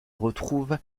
retrouvent